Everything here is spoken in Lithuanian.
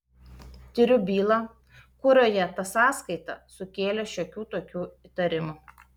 tiriu bylą kurioje ta sąskaita sukėlė šiokių tokių įtarimų